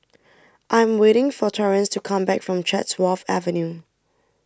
I am waiting for Torrance to come back from Chatsworth Avenue